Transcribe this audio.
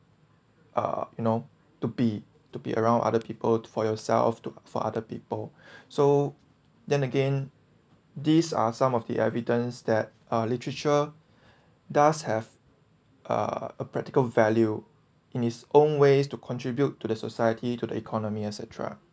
uh you know to be to be around other people for yourself to for other people so then again these are some of the evidence that our literature does have uh a practical value in its own ways to contribute to the society to the economy etcetera